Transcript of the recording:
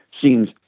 seems